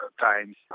times